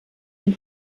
den